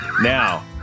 Now